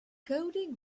coding